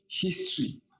history